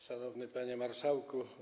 Szanowny Panie Marszałku!